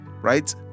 Right